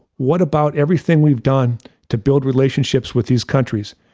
what about everything we've done to build relationships with these countries?